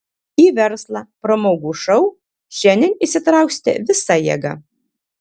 į verslą pramogų šou šiandien įsitrauksite visa jėga